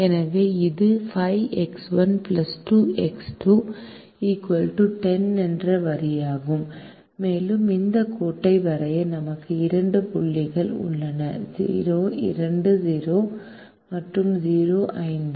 எனவே இது 5X1 2X2 10 என்ற வரியாகும் மேலும் இந்த கோட்டை வரைய நமக்கு இரண்டு புள்ளிகள் உள்ளன 2 0 மற்றும் 0 5